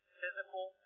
physical